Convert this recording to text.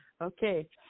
okay